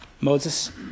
Moses